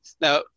Now